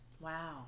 Wow